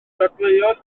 dadleuodd